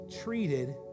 treated